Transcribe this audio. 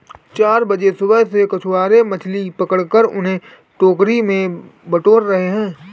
चार बजे सुबह से मछुआरे मछली पकड़कर उन्हें टोकरी में बटोर रहे हैं